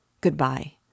Goodbye